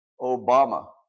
Obama